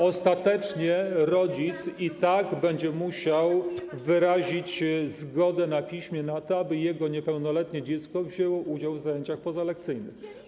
Ostatecznie rodzic i tak będzie musiał wyrazić zgodę na piśmie na to, aby jego niepełnoletnie dziecko wzięło udział w zajęciach pozalekcyjnych.